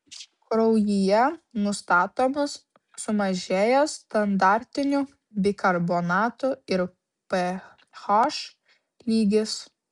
kraujyje nustatomas sumažėjęs standartinių bikarbonatų ir ph lygis